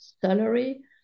salary